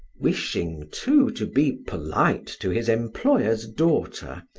wishing, too, to be polite to his employer's daughter,